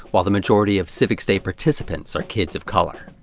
while the majority of civics day participants are kids of color.